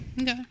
Okay